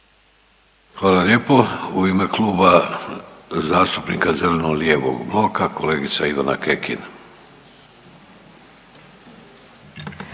Hvala lijepo. U ime Kluba zastupnika zeleno-lijevog bloka kolegica Ivana Kekin.